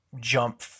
jump